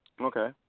Okay